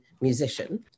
musician